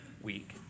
week